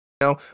No